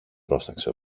πρόσταξε